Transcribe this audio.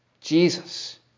Jesus